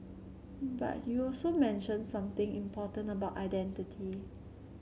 but you also mentioned something important about identity